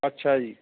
ਅੱਛਾ ਜੀ